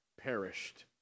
perished